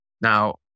Now